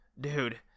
Dude